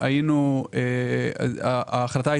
ההיגיון הוא לא אותו היגיון.